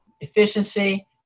efficiency